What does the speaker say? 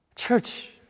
Church